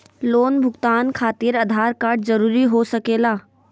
Loan भुगतान खातिर Aadhaar card जरूरी हो सके ला?